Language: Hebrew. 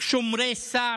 שומרי סף,